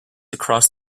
across